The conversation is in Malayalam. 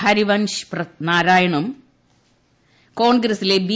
ഹരിവംശ് നാരായണനും കോൺഗ്രസിലെ ബി